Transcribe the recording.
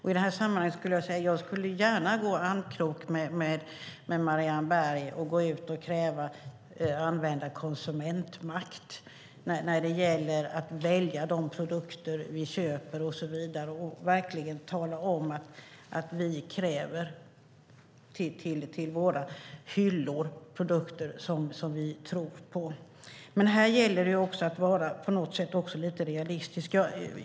I det här sammanhanget vill jag säga att jag gärna skulle gå i armkrok med Marianne Berg och kräva att vi använder konsumentmakt när det gäller att välja produkter som vi köper, och verkligen tala om att vi kräver produkter på våra hyllor som vi tror på. Men här gäller det också att vara lite realistisk.